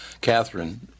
Catherine